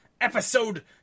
episode